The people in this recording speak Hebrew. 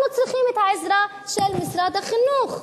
אנחנו צריכים את העזרה של משרד החינוך.